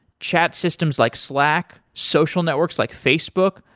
chat systems like slack, social networks like facebook,